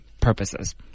purposes